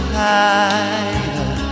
higher